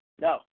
No